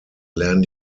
lernen